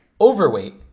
overweight